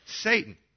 satan